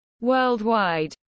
worldwide